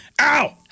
Ow